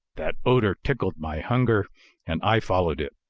that odor tickled my hunger and i followed it.